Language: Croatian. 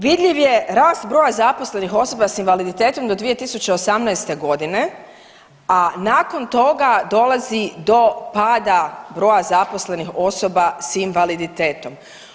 Vidljiv je rast broja zaposlenih osoba sa invaliditetom do kraja 2018. godine, a nakon toga dolazi do pada broja zaposlenih osoba sa invaliditetom.